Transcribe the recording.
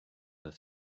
das